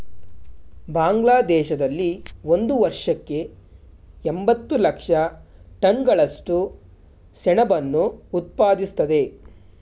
ಬಾಂಗ್ಲಾದೇಶದಲ್ಲಿ ಒಂದು ವರ್ಷಕ್ಕೆ ಎಂಬತ್ತು ಲಕ್ಷ ಟನ್ಗಳಷ್ಟು ಸೆಣಬನ್ನು ಉತ್ಪಾದಿಸ್ತದೆ